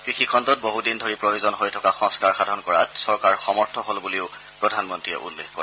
কৃষি খণ্ডত বহু দিন ধৰি প্ৰয়োজন হৈ থকা সংস্থাৰ সাধন কৰাত চৰকাৰ সমৰ্থ হ'ল বুলিও প্ৰধানমন্ত্ৰীয়ে উল্লেখ কৰে